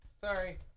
Sorry